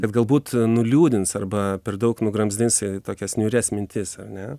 bet galbūt nuliūdins arba per daug nugramzdins į tokias niūrias mintis ar ne